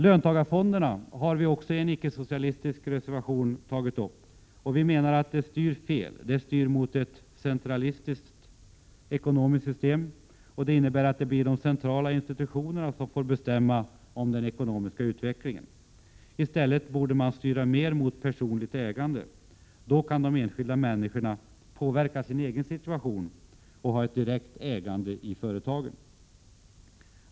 I en annan icke-socialistisk reservation tar vi reservanter upp frågan om löntagarfonderna. Vi menar att de styr åt fel håll. De styr nämligen i riktning mot ett centralistiskt ekonomiskt system. Det innebär att de centrala institutionerna får bestämma över den ekonomiska utvecklingen. I stället borde man styra mera i riktning mot ett personligt ägande. Då skulle de enskilda människorna kunna påverka sin egen situation och få möjligheter till ett direkt ägande i företagen.